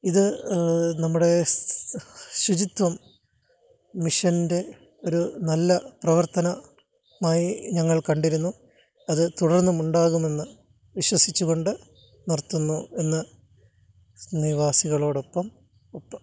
ഇത് നമ്മുടെ ശുചിത്വം മിഷൻ്റെ ഒരു നല്ല പ്രവർത്തനമായി ഞങ്ങൾ കണ്ടിരുന്നു അത് തുടർന്നും ഉണ്ടാകുമെന്ന് വിശ്വസിച്ചുകൊണ്ട് നിർത്തുന്നു എന്ന് നിവാസികളോടൊപ്പം ഒപ്പ്